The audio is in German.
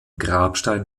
grabstein